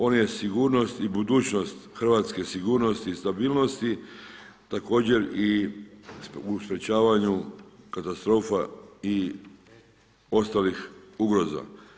On je sigurnost i budućnost hrvatske sigurnosti i stabilnosti, također i u sprječavanju katastrofa i ostalih ugroza.